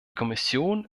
kommission